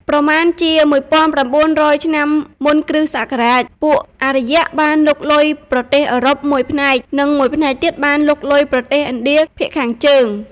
ប្រមាណជា ១៩០០ ឆ្នាំមុនគ្រិស្តសករាជ ពួកអារ្យបានលុកលុយប្រទេសអឺរ៉ុបមួយផ្នែក និងមួយផ្នែកទៀតបានលុកលុយប្រទេសឥណ្ឌាភាគខាងជើង។